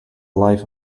life